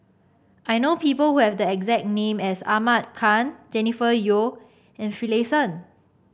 I know people who have the exact name as Ahmad Khan Jennifer Yeo and Finlayson